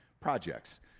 projects